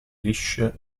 lisce